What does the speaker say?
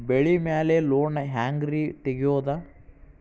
ಬೆಳಿ ಮ್ಯಾಲೆ ಲೋನ್ ಹ್ಯಾಂಗ್ ರಿ ತೆಗಿಯೋದ?